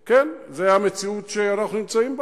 כן, זו המציאות שאנחנו נמצאים בה.